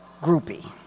groupie